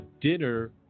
dinner